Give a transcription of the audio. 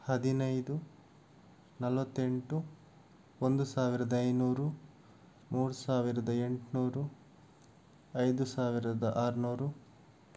ಹದಿನೈದು ನಲವತ್ತೆಂಟು ಒಂದು ಸಾವಿರದ ಐನೂರು ಮೂರು ಸಾವಿರದ ಎಂಟುನೂರು ಐದು ಸಾವಿರದ ಆರುನೂರು